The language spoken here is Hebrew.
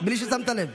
בלי ששמת לב.